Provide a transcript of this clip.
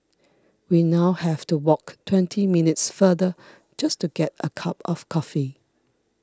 we now have to walk twenty minutes farther just to get a cup of coffee